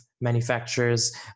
manufacturers